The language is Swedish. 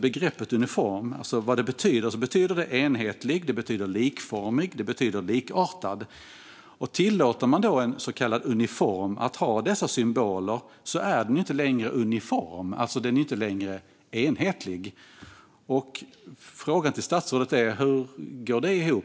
Begreppet uniform betyder enhetlig, likformig och likartad. Om man tillåter en så kallad uniform att ha dessa symboler är den ju inte längre uniform; den är alltså inte längre enhetlig. Frågan till statsrådet är: Hur går det ihop?